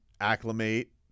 acclimate